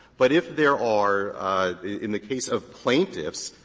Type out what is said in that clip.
but if there are in the case of plaintiffs,